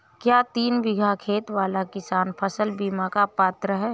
क्या तीन बीघा खेत वाला किसान फसल बीमा का पात्र हैं?